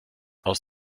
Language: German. aus